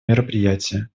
мероприятие